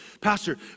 Pastor